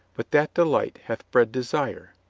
but that delight hath bred desire.